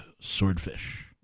swordfish